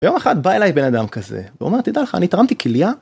ויום אחד בא אליי בן אדם כזה ואומר תדע לך אני תרמתי כלייה?